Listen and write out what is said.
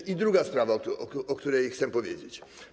I druga sprawa, o której chcę powiedzieć.